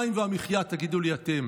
המים והמחיה, תגידו לי אתם